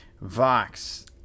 Vox